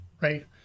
right